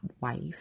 wife